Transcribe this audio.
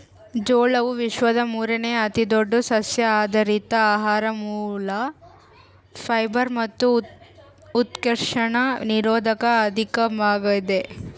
ಜೋಳವು ವಿಶ್ವದ ಮೂರುನೇ ಅತಿದೊಡ್ಡ ಸಸ್ಯಆಧಾರಿತ ಆಹಾರ ಮೂಲ ಫೈಬರ್ ಮತ್ತು ಉತ್ಕರ್ಷಣ ನಿರೋಧಕ ಅಧಿಕವಾಗಿದೆ